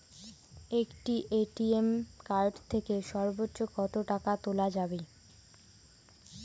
একটি ATM card থেকে সর্বোচ্চ কত টাকা তোলা যাবে?